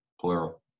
plural